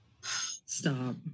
Stop